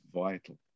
vital